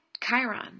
Chiron